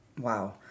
Wow